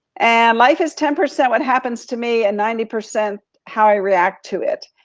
and life is ten percent what happens to me and ninety percent how i react to it,